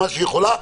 מה שהיא יכולה,